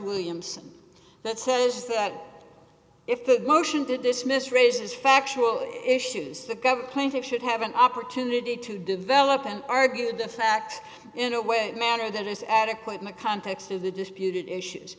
williamson that says that if the motion to dismiss raises factual issues the government plaintiffs should have an opportunity to develop and argue the facts in a way manner that is adequate in the context of the disputed issues